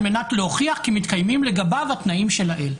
מנת להוכיח כי מתקיימים לגביו התנאים שלעיל."